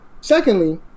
Secondly